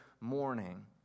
morning